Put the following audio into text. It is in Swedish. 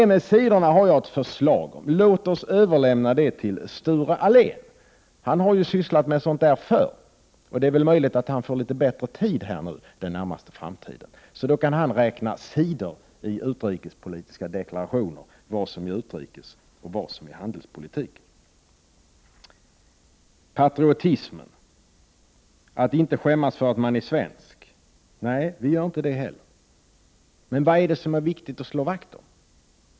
När det gäller sidorna har jag ett förslag: Låt oss lämna över det till Sture Allén. Han har sysslat med sådant förr, och det är möjligt att han kommer att få litet bättre tid den närmaste framtiden. Han kan räkna sidor i utrikespolitiska deklarationer, och han kan ta reda på vad som är utrikespolitik och vad som är handelspolitik. Patriotism — att inte skämmas för att man är svensk. Nej, vi i miljöpartiet gör inte det heller. Men vad är det som är viktigt att slå vakt om?